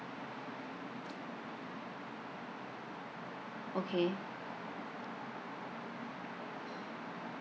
okay